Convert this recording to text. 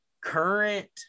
current